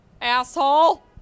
asshole